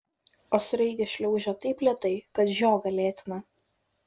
o sraigė šliaužia taip lėtai kad žiogą lėtina